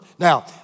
Now